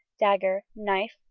dagger, knife,